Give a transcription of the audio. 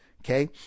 Okay